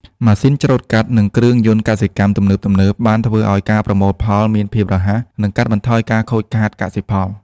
ម៉ាស៊ីនច្រូតកាត់ និងគ្រឿងយន្តកសិកម្មទំនើបៗ បានធ្វើឱ្យការប្រមូលផលមានភាពរហ័ស និងកាត់បន្ថយការខូចខាតកសិផល។